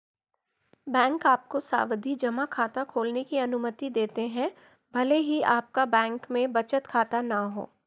bank आपको सावधि जमा खाता खोलने की अनुमति देते हैं भले आपका बैंक में बचत खाता न हो